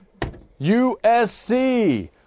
USC